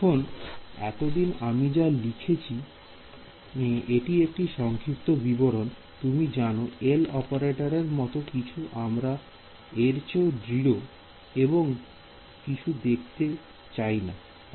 এখন এতদিন আমি যা লিখেছি এটি একটি সংক্ষিপ্ত বিবরণ তুমি জানো L অপারেটর এর মতন কিন্তু আমরা এরচেয়ে দৃঢ় আর কিছু দেখতে চাই না